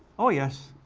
oh yes,